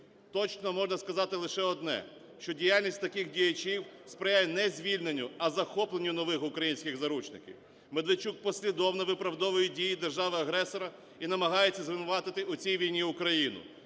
Точно можна сказати лише одне, що діяльність таких діячів сприяє не звільненню, а захопленню нових українських заручників. Медведчук послідовно виправдовує дії держави-агресора і намагається звинуватити у цій війні Україну.